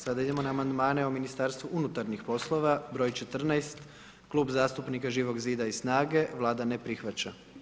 Sada idemo na amandmane o Ministarstvu unutarnjih poslova, broj 14., Klub zastupnika Živog zida i SNAGA-e, Vlada ne prihvaća.